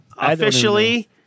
Officially